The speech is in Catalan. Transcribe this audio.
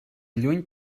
lluny